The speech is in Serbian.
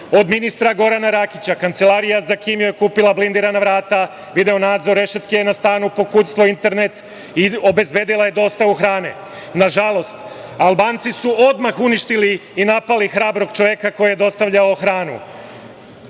od ministra Gorana Rakića. Kancelarija za Kim je kupila blindirana vrata, video nadzor, rešetke na stanu, pokućstvo, internet i obezbedila je dostavu hrane. Nažalost Albanci su odmah uništili i napali hrabrog čoveka koji je dostavljao